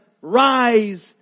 rise